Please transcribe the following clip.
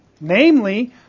namely